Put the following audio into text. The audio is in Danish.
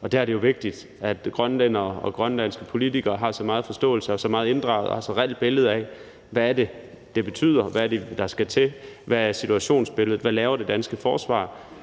og der er det jo vigtigt, at grønlændere og grønlandske politikere har så meget forståelse og er så meget inddraget, og at de har et så reelt billede som muligt af, hvad det betyder, hvad der skal til, hvad situationsbilledet er, hvad det danske forsvar